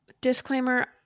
Disclaimer